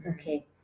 okay